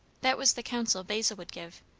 that was the counsel basil would give,